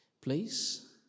please